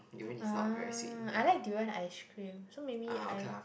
mm I like durian ice cream so maybe I